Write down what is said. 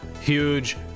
huge